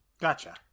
Gotcha